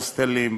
הוסטלים,